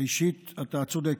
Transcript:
ראשית, אתה צודק.